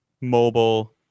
mobile